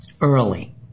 early